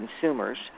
consumers